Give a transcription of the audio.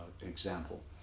example